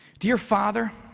dear father,